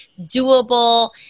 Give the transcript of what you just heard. doable